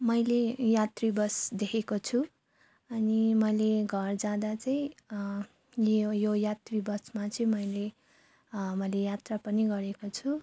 मैले यात्री बस देखेको छु अनि मैले घर जाँदा चाहिँ ए यो यात्री बसमा चाहिँ मैले मैले यात्रा पनि गरेको छु